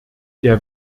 der